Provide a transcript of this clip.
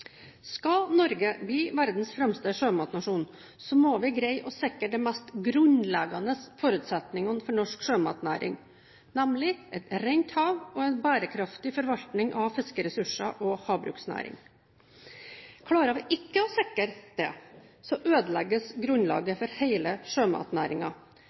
Skal Norge bli verdens fremste sjømatnasjon, må vi greie å sikre de mest grunnleggende forutsetningene for norsk sjømatnæring, nemlig et rent hav og en bærekraftig forvaltning av fiskeressurser og havbruksnæring. Klarer vi ikke å sikre det, ødelegges grunnlaget